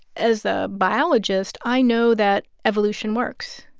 as a biologist, i know that evolution works.